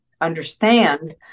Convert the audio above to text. understand